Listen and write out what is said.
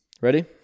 Ready